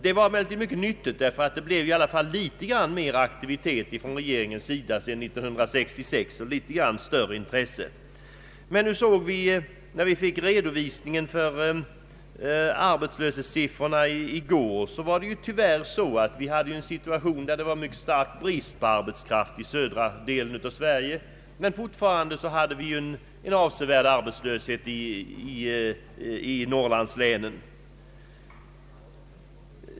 Det var emellertid mycket nyttigt, ty det har i alla fall blivit litet mera aktivitet från regeringens sida sedan 1966 och även något större intresse. När vi i går fick redovisningen för arbetslöshetssiffrorna visade det sig tyvärr att situationen var den, att det råder mycket stark brist på arbetskraft i södra delen av Sverige, men fortfarande har vi en avseväd arbetslöshet i Norrlandslänen.